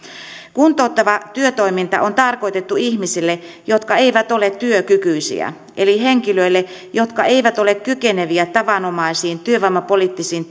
kuntouttava työtoiminta on tarkoitettu ihmisille jotka eivät ole työkykyisiä eli henkilöille jotka eivät ole kykeneviä tavanomaisiin työvoimapoliittisiin